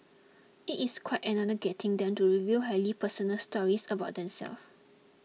it is quite another getting them to reveal highly personal stories about themselves